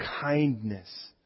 kindness